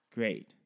Great